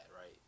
right